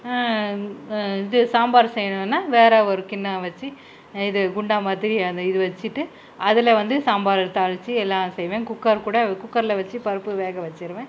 இது சாம்பார் செய்யணும்னா வேறு ஒரு கிண்ணம் வச்சு இது குண்டான் மாதிரி அந்த இது வச்சுட்டு அதில் வந்து சாம்பாரை தாளித்து எல்லாம் செய்வேன் குக்கர் கூட குக்கரில் வச்சு பருப்பு வேக வச்சுருவேன்